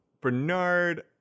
Bernard